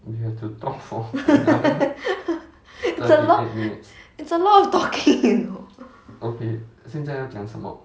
it's a lot of it's a lot of talking you know